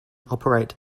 operate